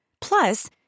Plus